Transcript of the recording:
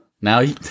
Now